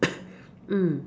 mm